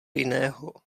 jiného